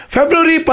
February